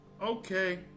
okay